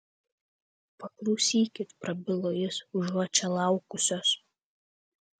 paklausykit prabilo jis užuot čia laukusios